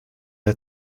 der